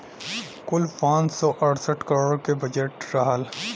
कुल पाँच सौ अड़सठ करोड़ के बजट रहल